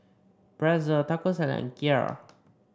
Pretzel Taco Salad and Kheer